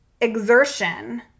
exertion